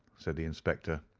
said the inspector.